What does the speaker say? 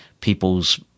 people's